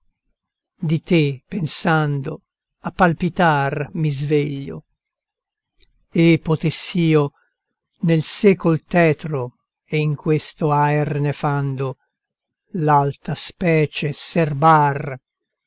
di te pensando a palpitar mi sveglio e potess'io nel secol tetro e in questo aer nefando l'alta specie serbar